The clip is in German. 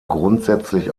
grundsätzlich